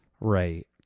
Right